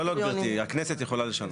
לא, לא, גברתי, הכנסת יכולה לשנות.